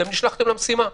אתם נשלחתם למשימה,